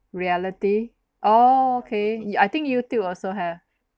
reality oh K I think youtube also have